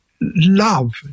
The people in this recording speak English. love